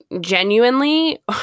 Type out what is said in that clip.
genuinely